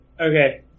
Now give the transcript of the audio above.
Okay